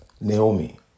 Naomi